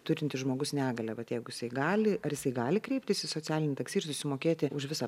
turintis žmogus negalią vat jeigu jisai gali ar jisai gali kreiptis į socialinį taksi ir susimokėti už visą